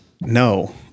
No